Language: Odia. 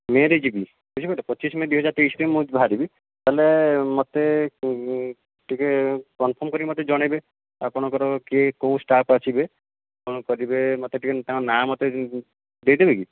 ମେ ରେ ଯିବି ପଚିଶି ମେ ଦୁଇ ହଜାର ତେଇଶି ରେ ମୁଁ ବାହାରିବି ତାହେଲେ ମୋତେ ଟିକେ କନଫର୍ମ କରିକି ମୋତେ ଜଣାଇବେ ଆପଣଙ୍କର କିଏ କେଉଁ ଷ୍ଟାଫ ଆସିବେ କ'ଣ କରିବେ ମୋତେ ଟିକେ ତାଙ୍କ ନା ମୋତେ ଦେଇ ଦେବେ କି